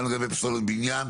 גם לגבי פסולת בניין.